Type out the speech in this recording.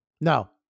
No